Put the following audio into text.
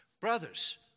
Brothers